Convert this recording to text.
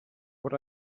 what